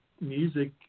music